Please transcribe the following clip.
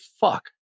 fuck